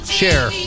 share